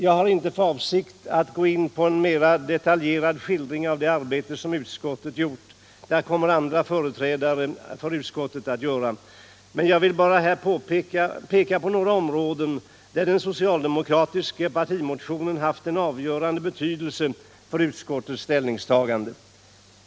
Jag har inte för avsikt att gå in på någon mera detaljerad skildring av det arbete som utskottet gjort — det kommer andra företrädare för utskottet att göra — men jag vill bara peka på några områden där den socialdemokratiska partimotionen haft en avgörande betydelse för utskottets ställningstagande.